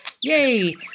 Yay